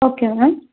okay ma'am